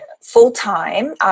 full-time